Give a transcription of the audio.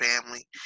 family